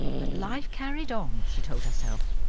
but life carried on, she told herself.